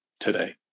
today